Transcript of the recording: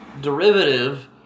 derivative